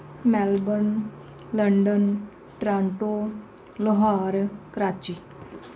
Melbourne London Toronto Lahore Karachi